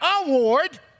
award